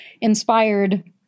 inspired